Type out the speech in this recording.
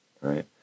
right